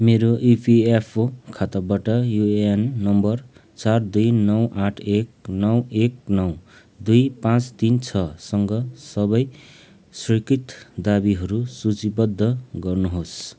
मेरो ईपिएफओ खाताबाट UAN number चार दुई नौ आठ एक नौ एक नौ दुई पाँच तिन छसँग सबै स्वीकृत दावीहरू सूचीबद्ध गर्नुहोस्